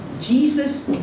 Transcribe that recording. Jesus